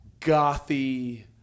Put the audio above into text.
gothy